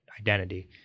identity